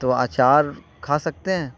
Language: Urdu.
تو اچار کھا سکتے ہیں